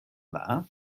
dda